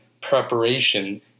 preparation